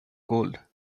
gold